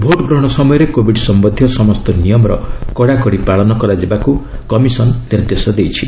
vote ଗ୍ରହଣ ସମୟରେ Covid ସମ୍ଭନ୍ଧୀୟ ସମସ୍ତ ନିୟମର କଡ଼ାକଡ଼ି ପାଳନ ପାଇଁ କମିଶନ୍ ନିର୍ଦ୍ଦେଶ ଦେଇଛି